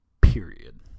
period